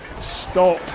stop